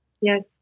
Yes